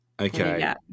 Okay